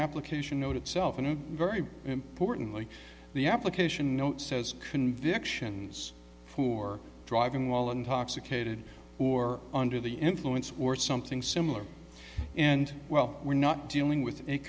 application note itself and very importantly the application note says conviction for driving while intoxicated or under the influence or something similar and well we're not dealing with